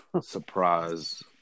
Surprise